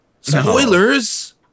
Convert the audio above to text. Spoilers